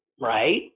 right